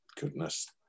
goodness